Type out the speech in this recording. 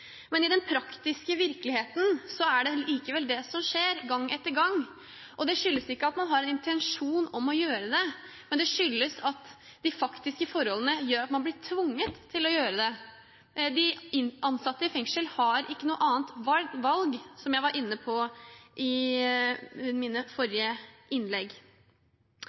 Men i den praktiske virkeligheten er det likevel det som skjer gang på gang. Det skyldes ikke at man har en intensjon om å gjøre det, men de faktiske forholdene gjør at man blir tvunget til å gjøre det. De fengselsansatte har ikke noe annet valg, som jeg var inne på i mine forrige innlegg.